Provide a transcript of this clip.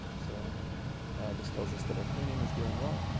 so this tells us that our cleaning is doing well.